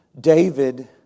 David